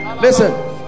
listen